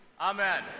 amen